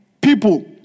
people